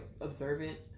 observant